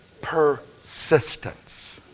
persistence